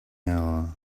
hour